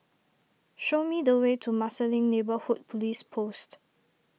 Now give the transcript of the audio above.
show me the way to Marsiling Neighbourhood Police Post